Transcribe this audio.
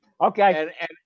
Okay